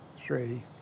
three